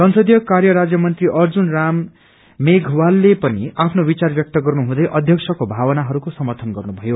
संसदीयत र्काय राज्य मंत्री अर्जुन राम मेघवालले पनि आफ्नो विचार ब्यक्त गर्नु हुँदै अध्यक्षको भावनाहरूको समर्थन गर्नु भयो